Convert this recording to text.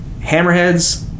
hammerheads